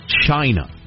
China